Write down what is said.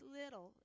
little